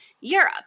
Europe